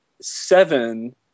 Seven